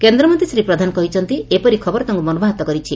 କେନ୍ଦ୍ରମନ୍ତୀ ଶ୍ରୀ ପ୍ରଧାନ କହିଛନ୍ତି ଏପରି ଖବର ତାଙ୍ଙ୍ ମର୍ମାହତ କରିଛି